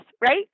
right